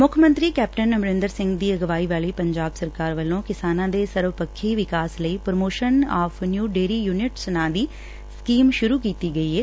ਮੁੱਖ ਮੰਤਰੀ ਕੈਪਟਨ ਅਮਰੰਦਰ ਸੰਘ ਦੀ ਅਗਵਾਈ ਵਾਲੀ ਪੰਜਾਬ ਸਰਕਾਰ ਵੱਲੋਂ ਕਿਸਾਨਾਂ ਦੇ ਸਰਵਪੱਖੀ ਵਿਕਾਸ ਲਈ promotion of new dairy units ਨਾਂ ਦੀ ਸਕੀਮ ਸ਼ੁਰੂ ਕੀਤੀ ਗਈ ਏ